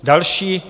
Další.